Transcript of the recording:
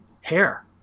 hair